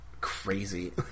crazy